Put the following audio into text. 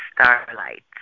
starlight